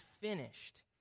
finished